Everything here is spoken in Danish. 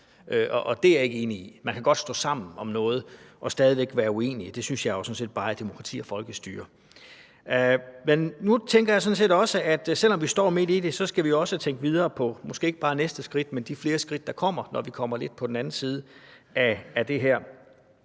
Det er jeg ikke enig i. Man kan godt stå sammen om noget og stadig væk være uenige. Det synes jeg jo sådan set bare er demokrati og folkestyre. Men nu tænker jeg sådan set også, at selv om vi står midt i det, skal vi tænke videre på måske ikke bare det næste skridt, men de flere skridt, der kommer, når vi kommer lidt på den anden side af det her.